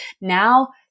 now